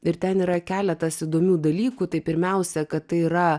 ir ten yra keletas įdomių dalykų tai pirmiausia kad tai yra